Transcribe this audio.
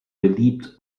beliebt